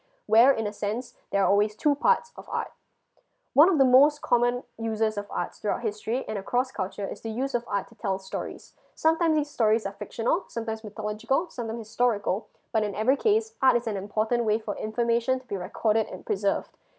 where in a sense there are always two parts of art one of the most common uses of arts throughout history in a cross culture is the used of art to tell stories sometime these stories are fictional sometime mythological sometimes historical but in every case art is an important way for information to be recorded and preserved